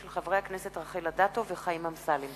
של חברי הכנסת רחל אדטו וחיים אמסלם.